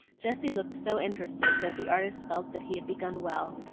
jessie looked so interested that the artist felt that he had begun well,